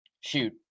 shoot